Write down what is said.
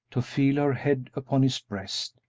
to feel her head upon his breast,